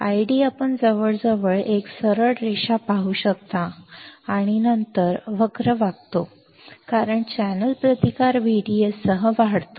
ID आपण जवळजवळ एक सरळ रेषा पाहू शकता आणि नंतर वक्र वाकतो कारण चॅनेलचा प्रतिकार VDS सह वाढतो